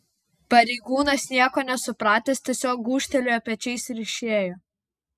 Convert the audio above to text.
pareigūnas nieko nesupratęs tiesiog gūžtelėjo pečiais ir išėjo